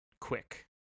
quick